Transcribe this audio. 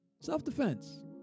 Self-defense